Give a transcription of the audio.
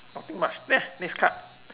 nothing much ne~ next card